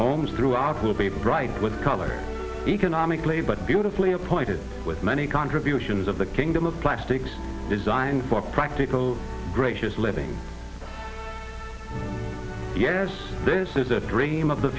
homes through art will be bright with color economically but beautifully appointed with many contributions of the kingdom of plastics designed for practical gracious living yes this is a dream of the